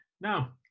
Now